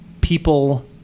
people